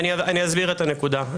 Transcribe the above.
אני אסביר את הנקודה.